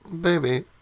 Baby